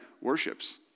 worships